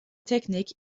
technique